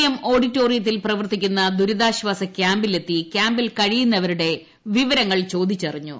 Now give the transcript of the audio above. M ഓഡിറ്റോറിയത്തിൽ പ്രവർത്തിക്കുന്ന ദുരിതാശ്ചാാസ ക്യാമ്പിലെത്തി ക്യാമ്പിൽ കഴിയുന്നവരുടെ വിവരങ്ങൾ ചോദിച്ചറിഞ്ഞു